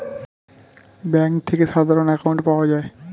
bank থেকে সাধারণ account পাওয়া যায়